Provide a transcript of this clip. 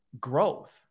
growth